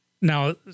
Now